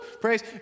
praise